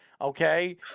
okay